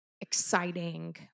exciting